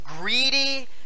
greedy